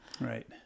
Right